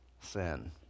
sin